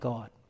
God